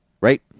right